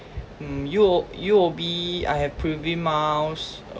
mm U_O U_O_B I have prvi miles